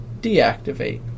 deactivate